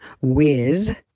whiz